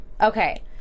Okay